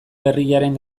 berriaren